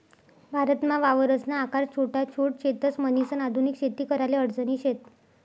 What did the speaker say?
भारतमा वावरसना आकार छोटा छोट शेतस, म्हणीसन आधुनिक शेती कराले अडचणी शेत